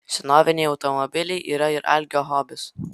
senoviniai automobiliai yra ir algio hobis